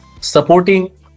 supporting